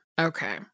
Okay